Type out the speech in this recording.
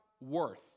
worth